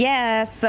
Yes